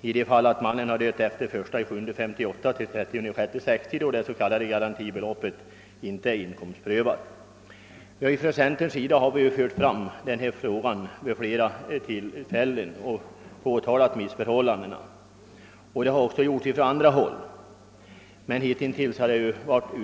i de fall mannen dött mellan 1 juli 1958 och den 30 juni 1960 då det s.k. garantibeloppet inte är behovsprövat. Centern har vid flera tillfällen påtalat missförhållandena, och det har också gjorts från andra håll men hitintills utan resultat.